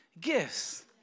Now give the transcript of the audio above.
gifts